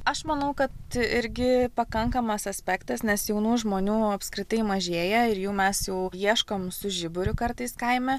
aš manau kad irgi pakankamas aspektas nes jaunų žmonių apskritai mažėja ir jų mes jau ieškom su žiburiu kartais kaime